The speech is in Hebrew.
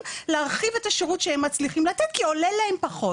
להרחיב את השירות שהם מצליחים לתת כי עולה להם פחות.